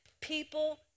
People